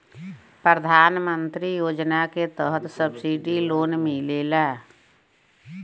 प्रधान मंत्री योजना के तहत सब्सिडी लोन मिलेला